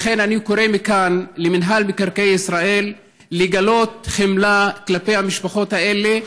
לכן אני קורא מכאן למינהל מקרקעי ישראל לגלות חמלה כלפי המשפחות האלה,